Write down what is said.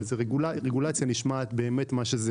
אבל רגולציה זה באמת מה שזה